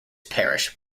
parish